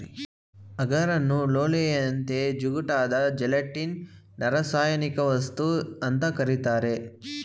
ಅಗಾರನ್ನು ಲೋಳೆಯಂತೆ ಜಿಗುಟಾದ ಜೆಲಟಿನ್ನಿನರಾಸಾಯನಿಕವಸ್ತು ಅಂತ ಕರೀತಾರೆ